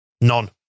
None